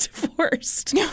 divorced